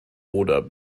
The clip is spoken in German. oder